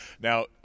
Now